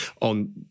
on